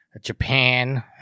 Japan